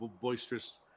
boisterous